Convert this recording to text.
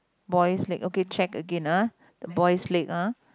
boys leg okay check again ah the boys leg ah